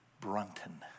Brunton